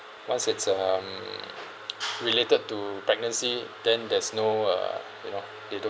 once it's um related to pregnancy then there's no uh you know they don't